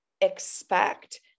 expect